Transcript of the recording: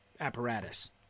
apparatus